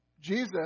Jesus